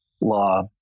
law